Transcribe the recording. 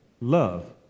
love